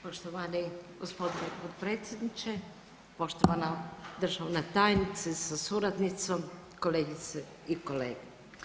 Poštovani gospodine potpredsjedniče, poštovana državna tajnice sa suradnicom, kolegice i kolege.